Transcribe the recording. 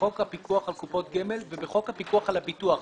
קופות גמל ובחוק הפיקוח על הביטוח.